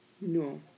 No